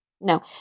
no